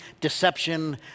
deception